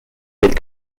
with